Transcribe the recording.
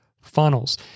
funnels